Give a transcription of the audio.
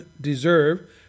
deserve